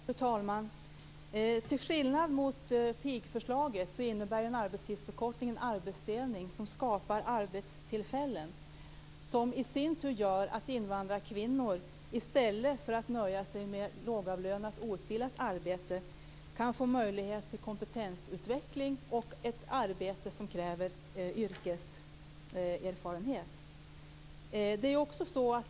Fru talman! Till skillnad mot pigförslaget innebär en arbetstidsförkortning en arbetsdelning som skapar arbetstillfällen, som i sin tur gör att invandrarkvinnor i stället för att nöja sig med lågavlönat outbildat arbete kan få möjlighet till kompetensutveckling och ett arbete som kräver yrkeserfarenhet.